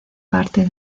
parte